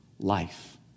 Life